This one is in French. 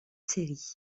série